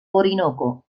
orinoco